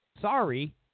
Sorry